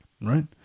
right